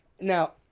Now